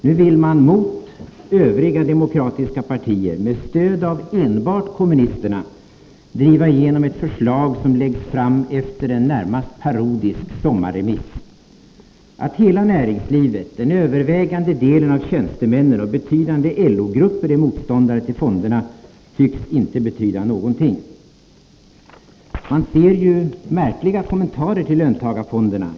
Nu vill man mot övriga demokratiska partier med stöd av enbart kommunisterna driva igenom ett förslag som läggs fram efter en närmast parodisk sommarremiss. Att hela näringslivet, den övervägande delen av tjänstemännen och betydande LO-grupper är motståndare till fonderna tycks inte betyda någonting. Man ser ju märkliga kommentarer till löntagarfonderna.